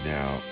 now